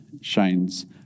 shines